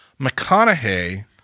McConaughey –